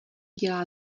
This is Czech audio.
dělá